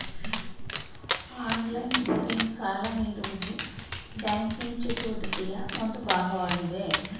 online banking, ಸಾಲ ನೀಡುವುದು banking ಚಟುವಟಿಕೆಯ ಒಂದು ಭಾಗವಾಗಿದೆ